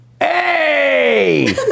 Hey